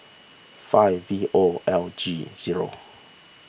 five V O L G zero